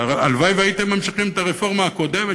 הלוואי שהייתם ממשיכים את הרפורמה הקודמת,